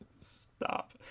stop